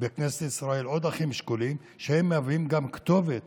בכנסת ישראל עוד אחים שכולים, שגם הם מהווים כתובת